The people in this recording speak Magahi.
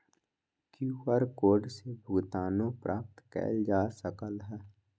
क्यूआर कोड से भुगतानो प्राप्त कएल जा सकल ह